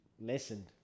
lessened